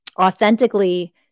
authentically